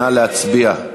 נא להצביע.